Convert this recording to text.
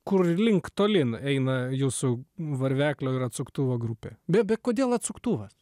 kurlink tolyn eina jūsų varveklio ir atsuktuvo grupė be be kodėl atsuktuvas